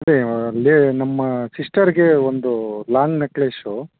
ನಮ್ಮ ಸಿಸ್ಟರಿಗೆ ಒಂದು ಲಾಂಗ್ ನೆಕ್ಲೆಸು